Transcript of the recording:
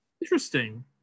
interesting